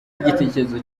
igitekerezo